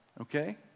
Okay